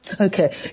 Okay